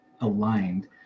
aligned